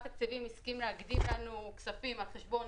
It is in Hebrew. התקציבים הסכים להגדיל לנו כספים על חשבון